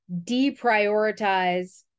deprioritize